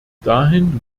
dahin